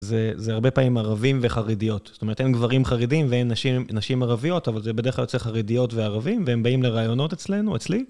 זה הרבה פעמים ערבים וחרדיות. זאת אומרת, הן גברים חרדים והן נשים ערביות, אבל זה בדרך כלל יוצא חרדיות וערבים, והם באים לרעיונות אצלנו, אצלי.